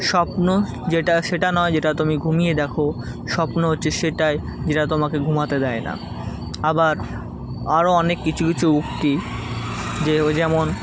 স্বপ্ন যেটা সেটা নয় যেটা তুমি ঘুমিয়ে দেখো স্বপ্ন হচ্ছে সেটাই যেটা তোমাকে ঘুমাতে দেয় না আবার আরো অনেক কিছু কিছু উক্তি যে ও যেমন